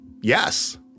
yes